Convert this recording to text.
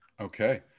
okay